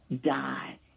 die